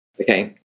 okay